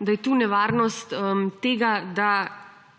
da je tu nevarnost tega, da